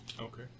Okay